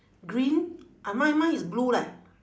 green uh mine mine is blue leh